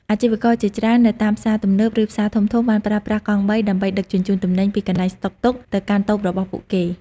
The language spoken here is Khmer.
អាជីវករជាច្រើននៅតាមផ្សារទំនើបឬផ្សារធំៗបានប្រើប្រាស់កង់បីដើម្បីដឹកជញ្ជូនទំនិញពីកន្លែងស្តុកទុកទៅកាន់តូបរបស់ពួកគេ។